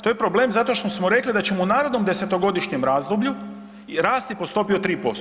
To je problem zato što smo rekli da ćemo u narednom 10-to godišnjem razdoblju rasti po stopi od 3%